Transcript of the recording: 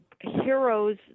heroes